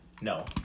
No